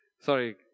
Sorry